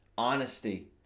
Honesty